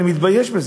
אני מתבייש בזה,